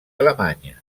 alemanya